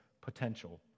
potential